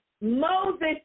Moses